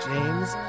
James